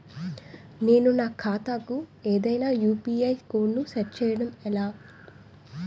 నేను నా ఖాతా కు ఏదైనా యు.పి.ఐ కోడ్ ను సెట్ చేయడం ఎలా?